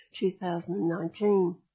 2019